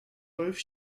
both